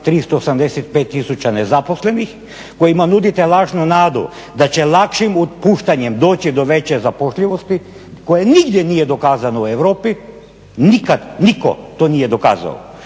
385 tisuća nezaposlenih kojima nudite lažnu nadu da će lakšim otpuštanjem doći do veće zapošljivosti koje nigdje nije dokazano u Europi, nikada, nitko to nije dokazao.